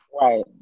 right